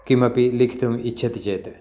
किमपि लिखितुम् इच्छति चेत्